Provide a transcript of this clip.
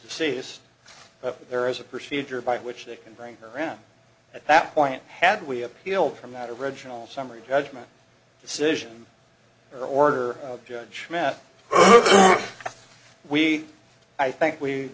deceased but there is a procedure by which they can bring her around at that point had we appealed from that original summary judgment decision or order of judge matsch we i think we